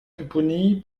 pupponi